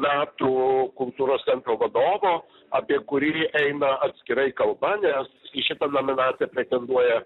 metų kultūros centro vadovo apie kurį eina atskirai kalba nes į šitą nominaciją pretenduoja